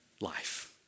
life